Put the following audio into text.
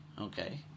okay